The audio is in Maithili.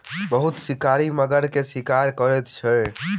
बहुत शिकारी मगर के शिकार करैत अछि